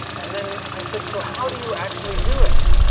and then i said, so how do you actually do it?